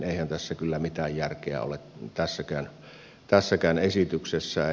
eihän tässä kyllä mitään järkeä ole tässäkään esityksessä